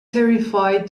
terrified